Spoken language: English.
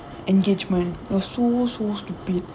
engagement it was so so stupid